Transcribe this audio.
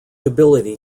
ability